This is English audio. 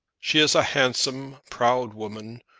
she is a handsome, proud woman,